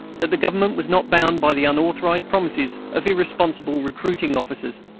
that the government was not bound by the unauthorized promises of irresponsible recruiting officers.